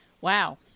wow